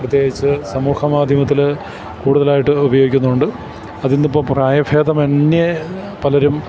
പ്രത്യേകിച്ച് സമൂഹ മാധ്യമത്തില് കൂടുതലായിട്ട് ഉപയോഗിക്കുന്നുണ്ട് അതിന്നിപ്പോള് പ്രായഭേദമന്യേ പലരും